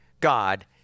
God